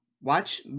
watch